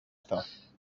thought